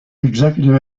executive